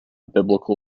biblical